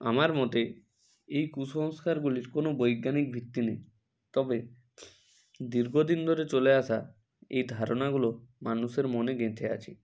আমার মতে এই কুসংস্কারগুলির কোনো বৈজ্ঞানিক ভিত্তি নেই তবে দীর্ঘদিন ধরে চলে আসা এই ধারণাগুলো মানুষের মনে গেঁথে আছে